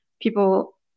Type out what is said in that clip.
people